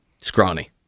scrawny